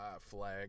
Flag